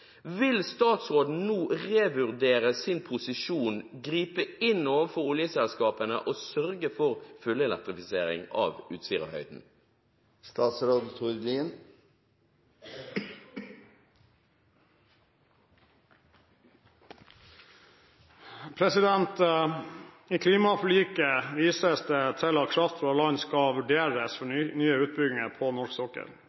Vil statsråden nå revurdere sin posisjon, gripe inn overfor oljeselskapene og sørge for fullelektrifisering av Utsirahøyden? I klimaforliket vises det til at kraft fra land skal vurderes for